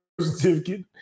certificate